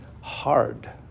hard